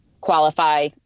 qualify